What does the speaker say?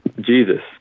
Jesus